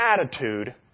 attitude